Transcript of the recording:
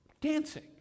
dancing